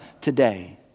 today